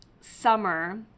summer